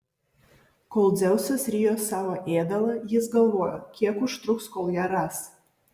kol dzeusas rijo savo ėdalą jis galvojo kiek užtruks kol ją ras